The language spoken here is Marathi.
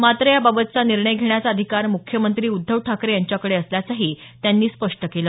मात्र याबाबतचा निर्णय घेण्याचा अधिकार मुख्यमंत्री उद्धव ठाकरे यांच्याचकडे असल्याचही त्यांनी स्पष्ट केलं